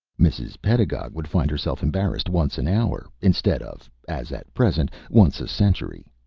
mrs. pedagog would find herself embarrassed once an hour, instead of, as at present, once a century.